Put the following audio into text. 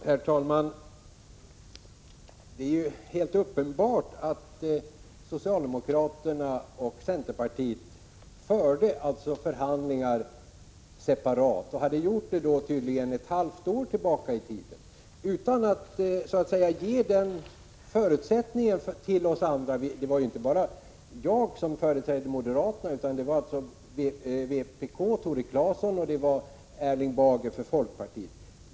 Herr talman! Det är helt uppenbart att socialdemokraterna och centerpartiet alltså förde förhandlingar separat och tydligen hade gjort det sedan ett halvår tillbaka. Utan att så att säga ge denna förutsättning till oss andra — det gällde inte bara mig såsom företrädare för moderaterna, utan även Tore Claeson från vpk och Erling Bager från folkpartiet.